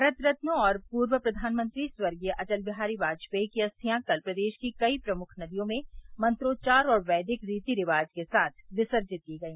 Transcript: भारत रत्न और पूर्व प्रधानमंत्री स्वर्गीय अटल बिहारी वाजपेई की अस्थियां कल प्रदेश की कई प्रमुख नदियों में मंत्रोच्चार और वैदिक रीति रिवाज के साथ विसर्जित की गई